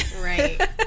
right